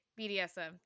BDSM